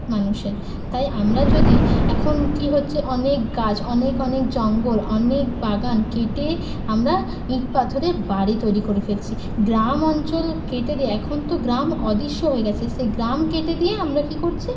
মানুষের তাই আমরা যদি এখন কি হচ্ছে অনেক গাছ অনেক অনেক জঙ্গল অনেক বাগান কেটে আমরা ইঁট পাথরের বাড়ি তৈরি করে ফেলছি গ্রাম অঞ্চল কেটে দিয়ে এখন তো গ্রাম অদৃশ্য হয়ে গেছে সেই গ্রাম কেটে দিয়ে আমরা কি করছি